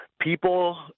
people—